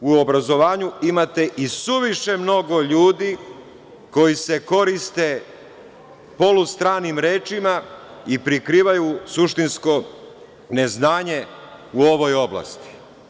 Tako da, u obrazovanju imate i suviše mnogo ljudi koji se korist polustranim rečima i prikrivaju suštinsko neznanje u ovoj oblasti.